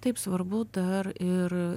taip svarbu dar ir